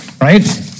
right